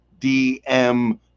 DM